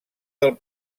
del